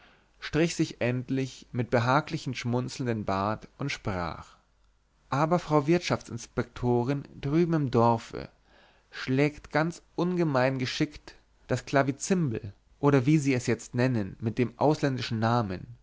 strich sich endlich mit behaglichem schmunzeln den bart und sprach aber die frau wirtschaftsinspektorin drüben im dorfe schlägt ganz ungemein geschickt das clavizimbel oder wie sie es jetzt nennen mit dem ausländischen namen